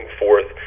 forth